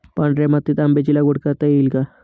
पांढऱ्या मातीत आंब्याची लागवड करता येईल का?